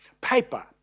Paper